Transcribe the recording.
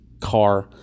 car